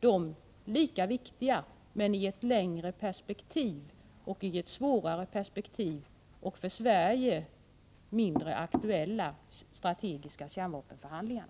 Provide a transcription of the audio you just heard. de, om även i ett längre och svårare perspektiv, lika viktiga men för Sverige mindre aktuella förhandlingarna om strategiska kärnvapen.